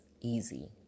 easy